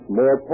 more